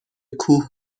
کوه